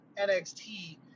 NXT